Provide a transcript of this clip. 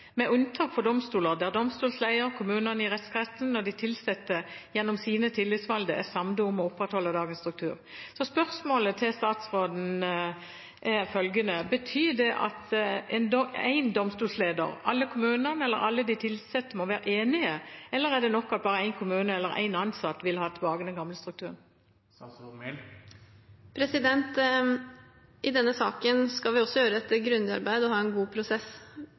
gjennom sine tillitsvalde er samde om å oppretthalde dagens struktur.» Spørsmålet til statsråden er: Betyr det at én domstolleder, alle kommunene eller alle de ansatte må være enige, eller er det nok at bare én kommune eller én ansatt vil ha tilbake den gamle strukturen? I denne saken skal vi også gjøre et grundig arbeid og ha en god prosess